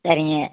சரிங்க